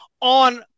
on